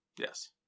Yes